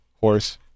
horse